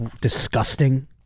disgusting